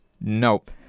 nope